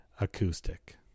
acoustic